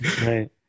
Right